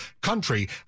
country